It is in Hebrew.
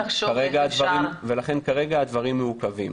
לכן כרגע הדברים מורכבים.